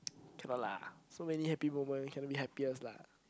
cannot lah so many happy moment cannot be happiest lah